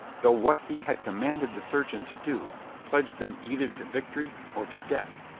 though what he had commanded the surgeon to do pledged them either to victory or to death,